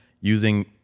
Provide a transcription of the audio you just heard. using